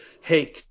hey